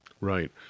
Right